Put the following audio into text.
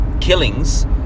killings